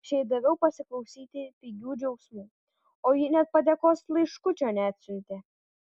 aš jai daviau pasiklausyti pigių džiaugsmų o ji net padėkos laiškučio neatsiuntė